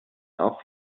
auf